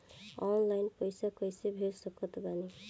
Online पैसा कैसे भेज सकत बानी?